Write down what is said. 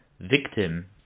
victim